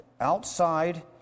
outside